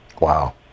Wow